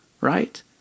right